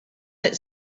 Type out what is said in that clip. that